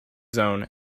zone